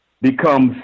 becomes